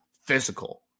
Physical